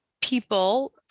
people